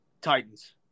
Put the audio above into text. Titans